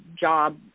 job